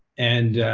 and